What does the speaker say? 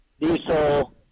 diesel